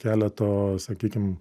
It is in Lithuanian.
keleto sakykim